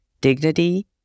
dignity